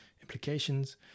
implications